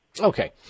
Okay